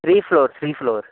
three floor three floor